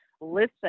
listen